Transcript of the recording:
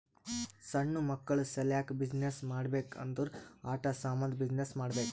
ಸಣ್ಣು ಮಕ್ಕುಳ ಸಲ್ಯಾಕ್ ಬಿಸಿನ್ನೆಸ್ ಮಾಡ್ಬೇಕ್ ಅಂದುರ್ ಆಟಾ ಸಾಮಂದ್ ಬಿಸಿನ್ನೆಸ್ ಮಾಡ್ಬೇಕ್